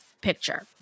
picture